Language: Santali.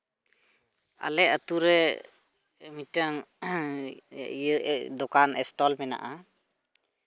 ᱟᱞᱮ ᱟᱹᱛᱩ ᱨᱮ ᱢᱤᱫᱴᱟᱱ ᱤᱭᱟᱹ ᱫᱚᱠᱟᱱ ᱥᱴᱚᱞ ᱢᱮᱱᱟᱜᱼᱟ